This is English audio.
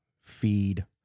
feed